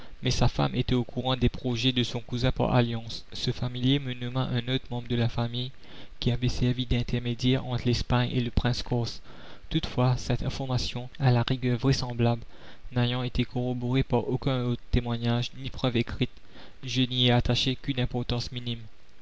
mais sa femme était au courant des projets de son cousin par alliance ce familier me nomma un autre membre de la famille qui avait servi d'intermédiaire entre l'espagne et le prince corse toutefois cette information à la rigueur vraisemblable n'ayant été corroborée par aucun autre témoignage ni preuve écrite je n'y ai attaché qu'une importance minime